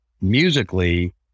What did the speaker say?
musically